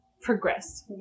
progress